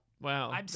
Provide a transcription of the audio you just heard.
Wow